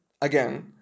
Again